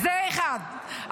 זה אחד.